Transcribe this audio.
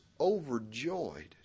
overjoyed